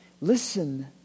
Listen